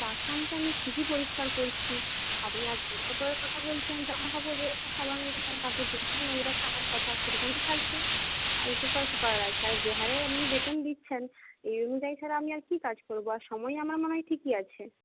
বাসন তো আমি ঠিকই পরিষ্কার করছি আপনি আর জামা কাপড়ের কথা বলছেন জামা কাপড় যেরকম সাবান দেবেন তাতে যেভাবে নোংরা থাকার কথা সেরকমই থাকছে আর এতে তো আর কি করার আছে আর যে হারে আপনি বেতন দিচ্ছেন এই অনুযায়ী ছাড়া আমি আর কি কাজ করবো আর সময় আমার মনে হয় ঠিকই আছে